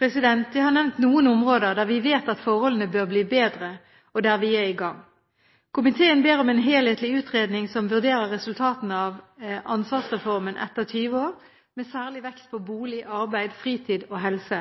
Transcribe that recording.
Jeg har nevnt noen områder der vi vet at forholdene bør bli bedre, og der vi er i gang. Komiteen ber om en helhetlig utredning som vurderer resultatene av ansvarsreformen etter 20 år, med særlig vekt på bolig, arbeid, fritid og helse.